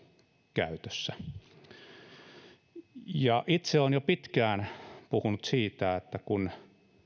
käytössä itse olen jo pitkään puhunut siitä että kun